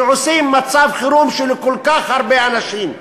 שעושים מצב חירום של כל כך הרבה אנשים,